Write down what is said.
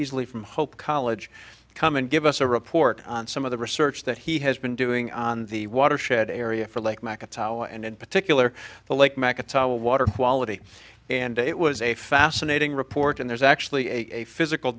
peasley from hope college come and give us a report on some of the research that he has been doing on the watershed area for like markets how and in particular the like maggots how well water quality and it was a fascinating report and there's actually a physical